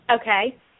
Okay